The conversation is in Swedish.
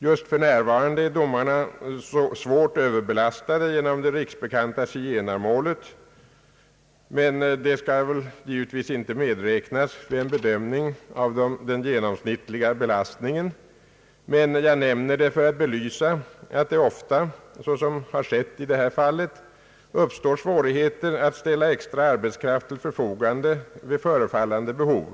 Just för närvarande är domarna svårt överbelastade genom det riksbekanta zigenarmålet, men det skall väl inte medräknas vid en bedömning av den genomsnittliga belastningen. Jag nämner det emellertid för att belysa att det ofta, så som har skett i detta fall, uppstår svårigheter att ställa extra arbetskraft till förfogande vid förefallande behov.